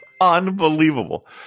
Unbelievable